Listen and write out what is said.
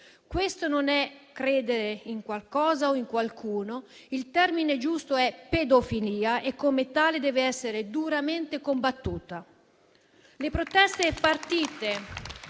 Questo non è credere in qualcosa o in qualcuno, il termine giusto è pedofilia e, come tale, dev'essere duramente combattuta. Le proteste